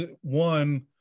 one